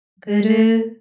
guru